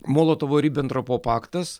molotovo ribentropo paktas